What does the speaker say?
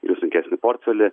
ir į sunkesnį portfelį